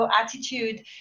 attitude